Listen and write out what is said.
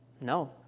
No